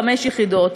חמש יחידות.